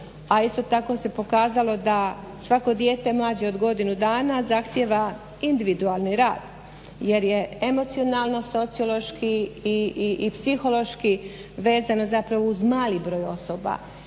a isto tako se pokazalo da svako dijete mlađe od godinu dana zahtijeva individualni rad jer je emocionalno, sociološki i psihološki vezano zapravo za mali broj osoba